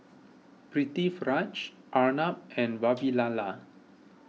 Pritiviraj Arnab and Vavilala